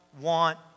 want